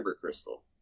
crystal